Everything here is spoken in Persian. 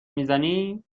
میزنی